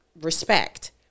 respect